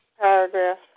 paragraph